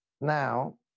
Now